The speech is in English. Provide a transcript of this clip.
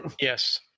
Yes